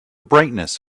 brightness